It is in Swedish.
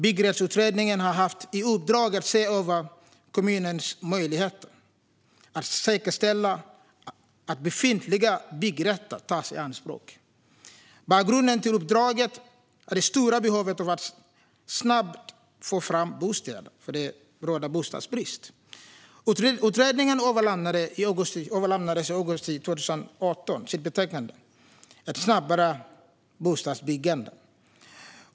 Byggrättsutredningen har haft i uppdrag att se över kommunernas möjligheter att säkerställa att befintliga byggrätter tas i anspråk. Bakgrunden till uppdraget är det stora behovet av att snabbt få fram bostäder eftersom det råder bostadsbrist. Utredningen överlämnade i augusti 2018 sitt betänkande Ett snabbare bostadsbyggande .